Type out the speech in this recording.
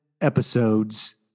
Episodes